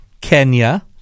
Kenya